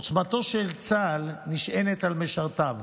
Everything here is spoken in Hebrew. עוצמתו של צה"ל נשענת על משרתיו,